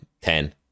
ten